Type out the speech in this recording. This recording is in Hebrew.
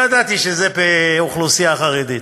לא ידעתי שמדובר באוכלוסייה החרדית,